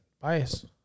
Bias